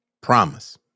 promise